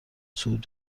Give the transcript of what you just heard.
صعود